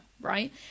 right